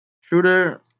Shooter